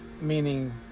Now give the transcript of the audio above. Meaning